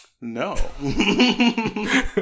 No